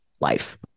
life